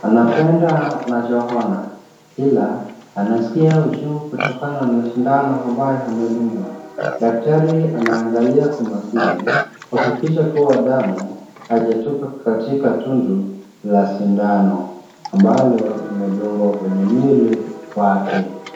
Anapenda anachoona ila anasikia uchungu kutokana na sindano ambayo amedungwa. Daktari anaangalia kwa makini kuhakikisha kuwa damu haijatoka katika tundu la sindano ambalo limedungwa kwenye mwili wake.